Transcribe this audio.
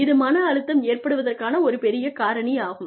இது மன அழுத்தம் ஏற்படுவதற்கான ஒரு பெரிய காரணியாகும்